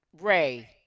Ray